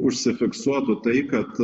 užsifiksuotų tai kad